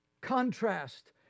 contrast